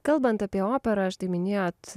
kalbant apie operą štai minėjot